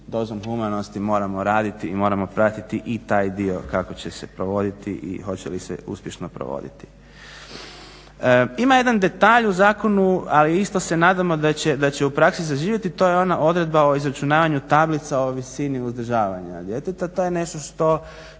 dozom humanosti moramo raditi i moramo pratiti i taj dio kako će se provoditi i hoće li se uspješno provoditi. Ima jedan detalj u zakonu ali isto se nadamo da će u praksi zaživjeti to je ona odredba o izračunavanju tablica o visini uzdržavanja djeteta. To je nešto što